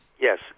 Yes